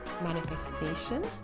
manifestation